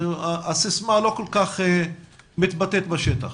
הסיסמה לא כל כך מתבטאת בשטח.